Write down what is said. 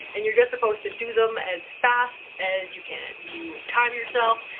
and you're just supposed to do them as fast as you can. you time yourself,